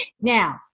Now